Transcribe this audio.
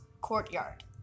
courtyard